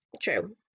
true